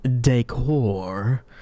decor